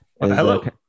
Hello